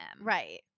Right